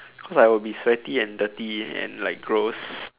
cause I will be sweaty and dirty and like gross